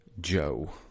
Joe